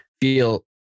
feel